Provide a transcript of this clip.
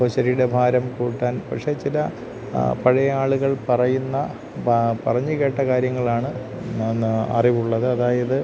ഇപ്പോൾ ശരീരഭാരം കൂട്ടാൻ പക്ഷേ ചില പഴയ ആളുകൾ പറയുന്ന പറഞ്ഞ് കേട്ട കാര്യങ്ങളാണ് ന്ന് അറിവുള്ളത് അതായത്